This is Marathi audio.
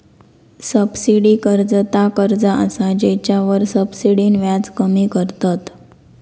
सब्सिडी कर्ज ता कर्ज असा जेच्यावर सब्सिडीन व्याज कमी करतत